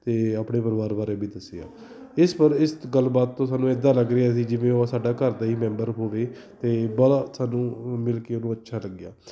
ਅਤੇ ਆਪਣੇ ਪਰਿਵਾਰ ਬਾਰੇ ਵੀ ਦੱਸਿਆ ਇਸ ਪਰ ਇਸ ਗੱਲਬਾਤ ਤੋਂ ਸਾਨੂੰ ਇੱਦਾਂ ਲੱਗ ਰਿਹਾ ਸੀ ਜਿਵੇਂ ਉਹ ਸਾਡਾ ਘਰ ਦਾ ਹੀ ਮੈਂਬਰ ਹੋਵੇ ਅਤੇ ਬਾਹਲਾ ਸਾਨੂੰ ਮਿਲ ਕੇ ਉਹਨੂੰ ਅੱਛਾ ਲੱਗਿਆ